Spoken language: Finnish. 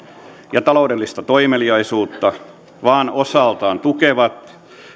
ja taloudellista toimeliaisuutta vaan osaltaan tukevat